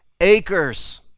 acres